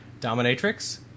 Dominatrix